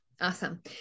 awesome